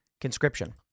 conscription